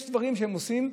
יש דברים שחלקם עושים.